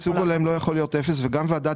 ייצוג הולם לא יכול להיות אפס וגם ועדת